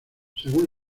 según